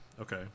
Okay